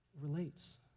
relates